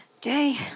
day